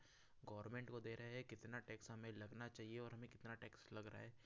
government को दे रहे हैं कितना टैक्स हमें लगना चाहिए और हमें कितना टैक्स लग रहा है